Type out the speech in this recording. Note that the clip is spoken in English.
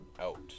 out